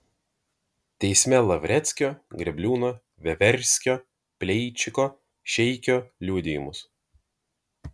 teisme lavreckio grėbliūno veverskio paleičiko šeikio liudijimus